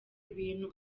ibintu